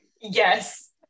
Yes